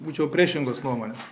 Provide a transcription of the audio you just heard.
būčiau priešingos nuomonės